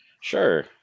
Sure